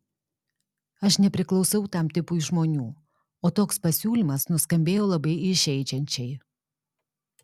aš nepriklausau tam tipui žmonių o toks pasiūlymas nuskambėjo labai įžeidžiančiai